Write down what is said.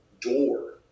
door